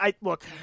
Look